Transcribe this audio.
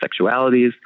sexualities